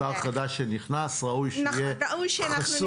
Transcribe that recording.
שר חדש שנכנס ראוי שיהיה חשוף.